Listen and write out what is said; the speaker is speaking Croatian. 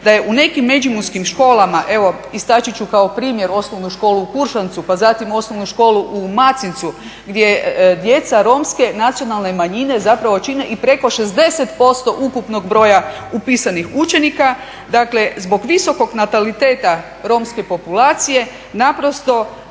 da je nekim međimurskim školama, evo istaknut ću kao primjer Osnovnu školu u Kuršancu, pa zatim Osnovnu školu u Macincu gdje djeca Romske nacionalne manjine zapravo čine i preko 60% ukupnog broja upisanih učenika. Dakle, zbog visokog nataliteta romske populacije naprosto